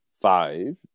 five